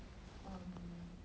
um